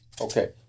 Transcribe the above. okay